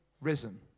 risen